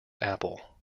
apple